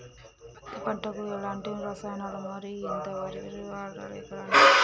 పత్తి పంటకు ఎలాంటి రసాయనాలు మరి ఎంత విరివిగా వాడాలి ఎకరాకి?